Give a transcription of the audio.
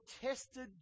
tested